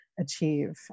achieve